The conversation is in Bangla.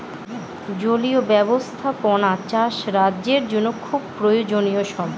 জলীয় ব্যাবস্থাপনা চাষ রাজ্যের জন্য খুব প্রয়োজনীয়ো সম্পদ